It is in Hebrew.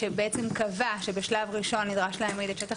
שקבע שבשלב ראשון צריך להעמיד את שטח